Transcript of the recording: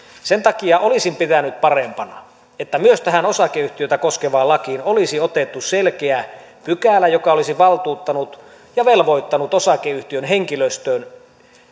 sen takia olisin pitänyt parempana että myös tähän osakeyhtiötä koskevaan lakiin olisi otettu selkeä pykälä joka olisi valtuuttanut ja velvoittanut osakeyhtiön henkilöstön